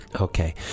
Okay